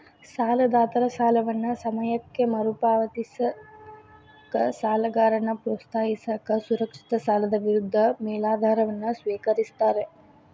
ಸಾಲದಾತರ ಸಾಲವನ್ನ ಸಮಯಕ್ಕ ಮರುಪಾವತಿಸಕ ಸಾಲಗಾರನ್ನ ಪ್ರೋತ್ಸಾಹಿಸಕ ಸುರಕ್ಷಿತ ಸಾಲದ ವಿರುದ್ಧ ಮೇಲಾಧಾರವನ್ನ ಸ್ವೇಕರಿಸ್ತಾರ